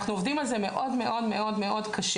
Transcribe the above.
אנחנו עובדים על זה מאוד מאוד מאוד קשה.